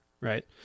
right